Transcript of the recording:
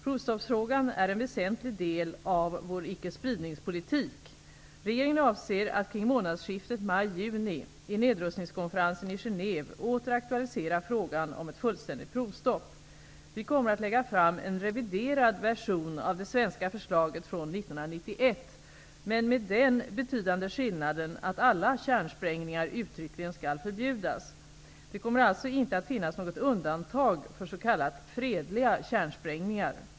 Provstoppsfrågan är en väsentlig del av vår icke-spridningspolitik. Regeringen avser att kring månadsskiftet maj/juni i nedrustningskonferensen i Genève åter aktualisera frågan om ett fullständigt provstopp. Vi kommer att lägga fram en reviderad version av det svenska förslaget från 1991, men med den betydande skillnaden att alla kärnsprängningar uttryckligen skall förbjudas. Det kommer alltså inte att finnas något undantag för s.k. fredliga kärnsprängningar.